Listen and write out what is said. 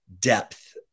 depth